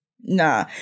nah